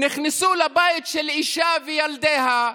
נכנסו לבית של אישה וילדיה,